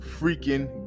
freaking